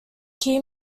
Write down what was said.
key